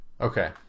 Okay